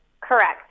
Correct